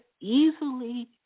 easily